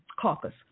Caucus